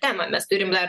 temą mes turim dar